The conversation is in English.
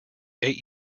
eight